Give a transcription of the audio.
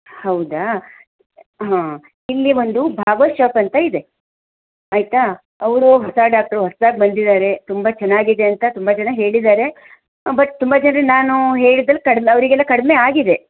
ಹೌದಾ ಹಾಂ ಇಲ್ಲಿ ಒಂದು ಭಾಗವತ್ ಶಾಪ್ ಅಂತ ಇದೆ ಆಯಿತಾ ಅವರು ಹೊಸ ಡಾಕ್ಟ್ರು ಹೊಸದಾಗಿ ಬಂದಿದ್ದಾರೆ ತುಂಬ ಚೆನ್ನಾಗಿದೆ ಅಂತ ತುಂಬ ಜನ ಹೇಳಿದ್ದಾರೆ ಬಟ್ ತುಂಬ ಜನರಿಗೆ ನಾನು ಹೇಳಿದ್ರ ಕಡಿಮೆ ಅವರಿಗೆಲ್ಲ ಕಡಿಮೆ ಆಗಿದೆ